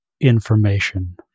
information